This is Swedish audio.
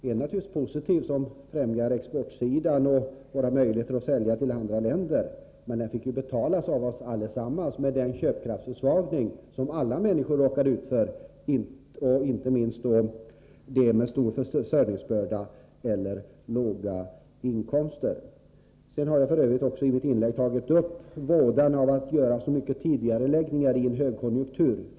Den positiva sidan var att den främjar exporten och våra möjligheter att sälja till andra länder. Men den negativa sidan var att den fick betalas med den köpkraftsförsvagning som alla människor råkade ut för — inte minst drabbades personer med stor försörjningsbörda eller låg inkomst. I mitt inlägg tog jag upp vådan av att göra så många tidigareläggningar i en högkonjunktur.